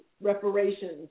reparations